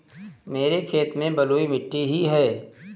मेरे खेत में बलुई मिट्टी ही है